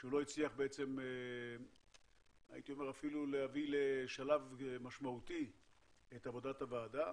כשהוא לא הצליח הייתי אומר אפילו להביא לשלב משמעותי את עבודת הוועדה,